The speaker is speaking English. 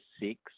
six